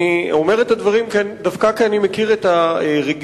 אני אומר את הדברים דווקא כי אני מכיר את הרגישות